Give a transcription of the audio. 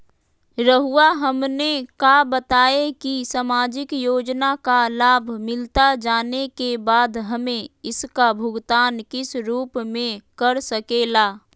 रहुआ हमने का बताएं की समाजिक योजना का लाभ मिलता जाने के बाद हमें इसका भुगतान किस रूप में कर सके ला?